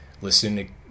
listening